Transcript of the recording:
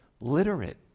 literate